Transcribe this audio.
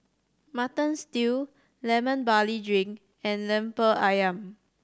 Mutton Stew Lemon Barley Drink and Lemper Ayam